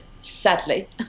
sadly